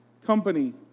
Company